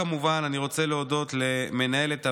כמובן אני גם רוצה להודות למנהלת הוועדה,